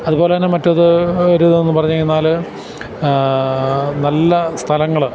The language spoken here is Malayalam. അതുപോലെതന്നെ മറ്റേത് ഒരിതെന്നു പറഞ്ഞുകഴിഞ്ഞാല് നല്ല സ്ഥലങ്ങള്